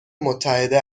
متحده